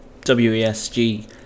WESG